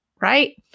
Right